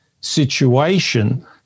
situation